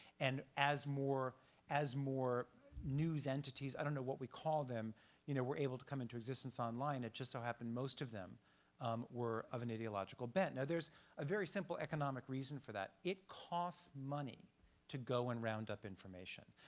and as more as more news entities i don't know what we call them you know were able to come into existence online, it just so happened most of them um were of an ideological bent. now there's a very simple economic reason for that. it costs money to go and roundup information.